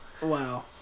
Wow